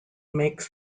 makes